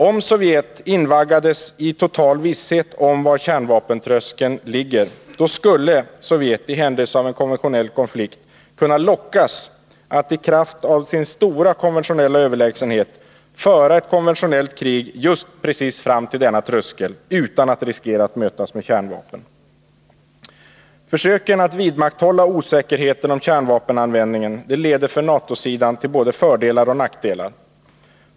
Om Sovjetunionen invaggades i total visshet om var kärnvapentröskeln ligger, skulle Sovjet, i händelse av konventionell konflikt, kunna lockas att i kraft av sin stora konventionella överlägsenhet föra ett konventionellt krig just precis fram till denna tröskel — utan att riskera att mötas med kärnvapen. Försöken att vidmakthålla osäkerheten om kärnvapenanvändningen leder för NATO-sidan till både fördelar och nackdelar.